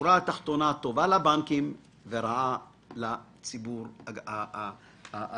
בשורה התחתונה טובה לבנקים ורעה לציבור הרחב.